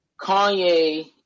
Kanye